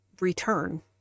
return